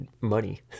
money